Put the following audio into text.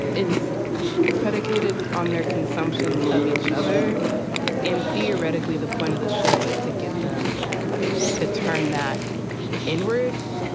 it's predicated on their consumption of each other and theoretically the point of the show is to get them to turn that inwards.